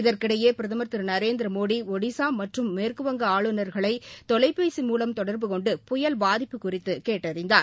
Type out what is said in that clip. இதற்கிடையே பிரதமர் திரு நரேந்திரமோடி ஒடிஸா மற்றும் மேற்குவங்க ஆளுநர்களை தொலைபேசி மூலம் தொடர்பு கொண்டு புயல் பாதிப்பு குறித்து கேட்டறிந்தார்